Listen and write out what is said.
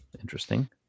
Interesting